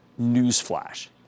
Newsflash